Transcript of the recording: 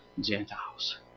Gentiles